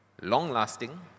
long-lasting